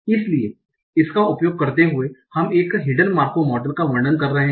इसलिए इसका उपयोग करते हुए हम एक हिडन मार्कोव मॉडल का वर्णन कर रहे है